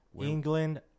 England